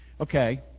Okay